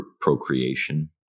procreation